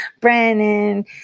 Brennan